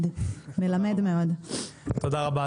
קודם כל אני באמת רוצה להודות להילה חדד.